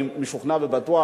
אני משוכנע ובטוח: